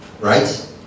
Right